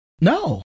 No